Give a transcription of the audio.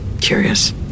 curious